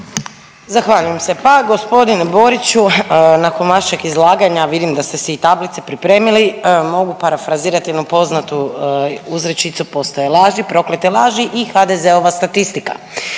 Zahvaljujem se. Pa gospodine Boriću nakon vašeg izlaganja vidim da ste si i tablice pripremili, mogu parafrazirati jednu poznatu uzrečicu - postoje laži, proklete laži i HDZ-ova statistika.